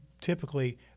typically